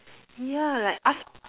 yeah like af~